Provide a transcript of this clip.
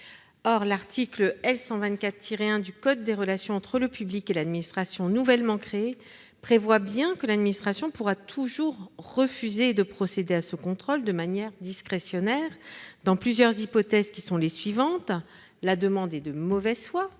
Or l'article L. 124-1 du code des relations entre le public et l'administration, nouvellement créé, prévoit bien que l'administration pourra toujours refuser de procéder à ce contrôle de manière discrétionnaire. Ce refus est possible dans plusieurs hypothèses : la demande est faite de mauvaise foi-